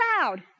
loud